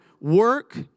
work